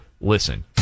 Listen